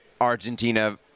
Argentina